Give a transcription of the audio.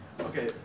Okay